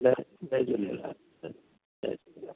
जय झूलेलाल साईं जय झूलेलाल